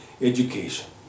Education